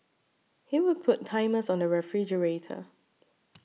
he would put timers on the refrigerator